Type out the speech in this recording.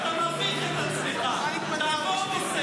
קרעי, אתה מביך את עצמך, תעבור נושא.